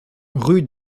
rue